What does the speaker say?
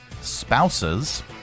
Spouses